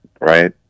right